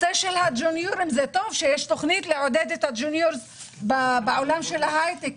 זה טוב שיש תכנית לעודד את הג'וניורס בעולם של ההייטק,